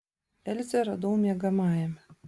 elzę radau miegamajame